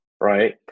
right